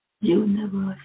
Universe